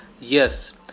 Yes